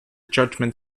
judgment